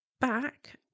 back